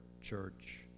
church